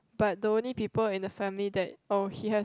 but the only people in the family that oh he has